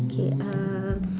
okay uh